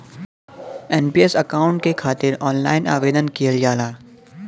NPS account के खातिर online आवेदन किहल जाला